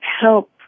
help